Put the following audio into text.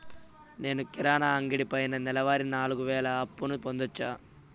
నేను కిరాణా అంగడి పైన నెలవారి నాలుగు వేలు అప్పును పొందొచ్చా?